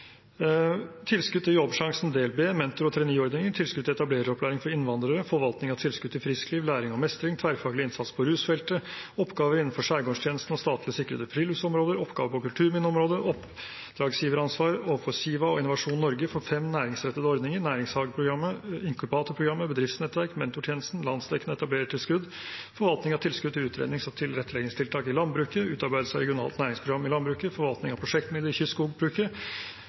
tilskudd til Jobbsjansen del B, mentor- og traineeordninger, tilskudd til etablereropplæring for innvandrere, forvaltning av tilskudd til friskliv, læring og mestring, tverrfaglig innsats på rusfeltet, oppgaver innenfor Skjærgårdstjenesten og statlig sikrede friluftsområder, oppgaver på kulturminneområdet, oppdragsgiveransvar overfor Siva og Innovasjon Norge for fem næringsrettede ordninger, næringshageprogrammet, inkubasjonsprogrammet, bedriftsnettverk, mentortjenesten, landsdekkende etablerertilskudd, forvaltning av tilskudd til utrednings- og tilretteleggingstiltak i landbruket, utarbeidelse av regionalt næringsprogram i landbruket, forvaltning av prosjektmidler i kystskogbruket.